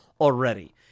already